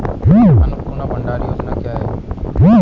अन्नपूर्णा भंडार योजना क्या है?